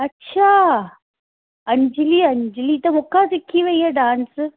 अच्छा अंजलि अंजलि त मूंखां सिखी वई आहे डांस